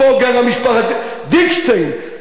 פה גרה משפחת דיקשטיין,